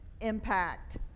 impact